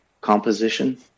composition